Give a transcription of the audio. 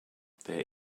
there